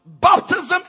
Baptism